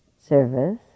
Service